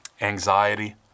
anxiety